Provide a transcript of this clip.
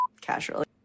Casually